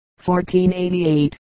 1488